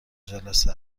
جلسه